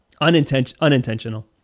Unintentional